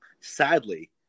sadly